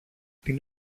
την